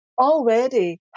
already